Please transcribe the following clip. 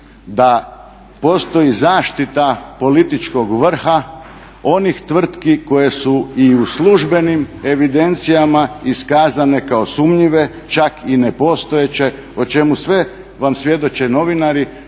da postoji zaštita političkog vrha onih tvrtki koje su i u službenim evidencijama iskazane kao sumnjive, čak i nepostojeće o čemu sve vam svjedoče novinari,